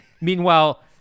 Meanwhile